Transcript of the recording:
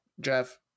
Jeff